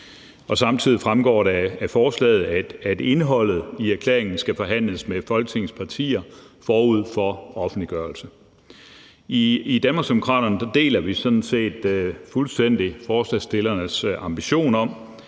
Samtidig fremgår det af forslaget, at indholdet i erklæringen skal forhandles med Folketingets partier forud for offentliggørelsen. I Danmarksdemokraterne deler vi sådan set fuldstændig forslagsstillernes ambition om,